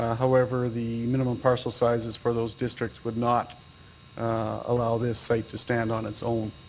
ah however, the minimum parcel sizes for those districts would not allow this site to stand on its own.